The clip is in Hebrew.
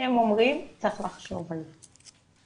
הם אומרים שצריך לחשוב על זה.